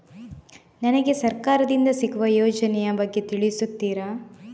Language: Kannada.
ನನಗೆ ಸರ್ಕಾರ ದಿಂದ ಸಿಗುವ ಯೋಜನೆ ಯ ಬಗ್ಗೆ ತಿಳಿಸುತ್ತೀರಾ?